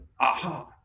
Aha